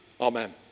Amen